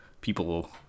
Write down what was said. people